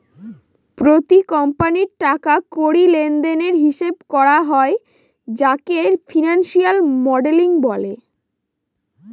প্রতি কোম্পানির টাকা কড়ি লেনদেনের হিসাব করা হয় যাকে ফিনান্সিয়াল মডেলিং বলে